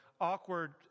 awkward